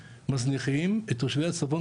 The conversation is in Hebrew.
מזניחים את תושבי הצפון,